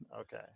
Okay